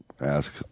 ask